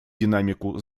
динамику